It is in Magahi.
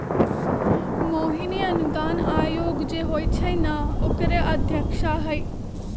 मोहिनी अनुदान आयोग जे होई छई न ओकरे अध्यक्षा हई